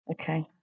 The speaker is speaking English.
Okay